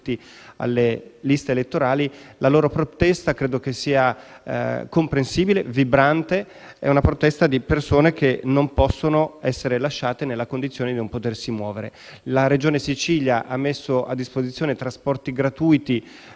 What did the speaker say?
alle liste elettorali, la loro protesta credo sia comprensibile e vibrante; è una protesta di persone che non possono essere lasciate nella condizione di non potersi muovere. La Regione Sicilia ha messo a disposizione trasporti gratuiti